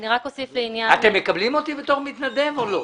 אתם מקבלים אותי כמתנדב או לא?